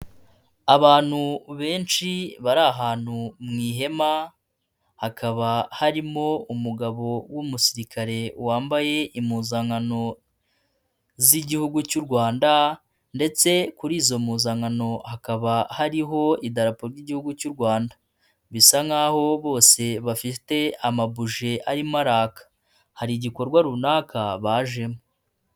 Abantu benshi bari ahantu mu ihema hakaba harimo umugabo w'umusirikare wambaye impuzankano z'Igihugu cy'u Rwanda ndetse kuri izo mpuzankano hakaba hariho idarapo ry'Igihugu cy'u Rwanda, bisa nk'aho bose bafi amabuji arimo araka hari igikorwa runaka bajemo.